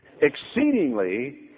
exceedingly